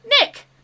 Nick